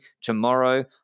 tomorrow